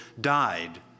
died